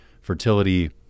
fertility